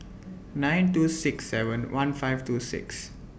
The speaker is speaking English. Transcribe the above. nine two six seven one five two six